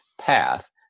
path